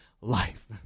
life